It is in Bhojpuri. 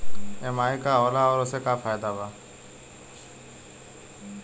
ई.एम.आई का होला और ओसे का फायदा बा?